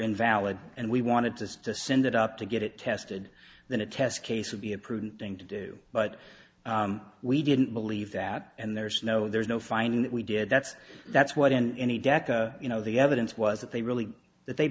invalid and we wanted to send it up to get it tested than a test case would be a prudent thing to do but we didn't believe that and there's no there's no finding that we did that's that's what and you know the evidence was that they really that they